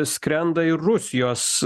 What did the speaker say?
skrenda ir rusijos